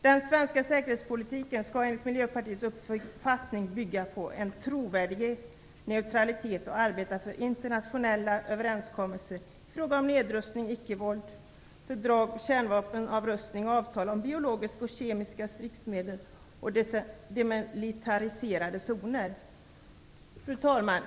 Den svenska säkerhetspolitiken skall enligt Miljöpartiets uppfattning bygga på en trovärdig neutralitet och på arbete för internationella överenskommelser i frågor om nedrustning, icke-våldsfördrag, kärnvapenavrustning, avtal om biologiska och kemiska stridsmedel och demilitariserade zoner. Fru talman!